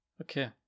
Okay